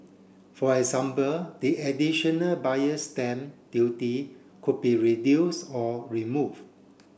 for example the additional buyer stamp duty could be reduce or remove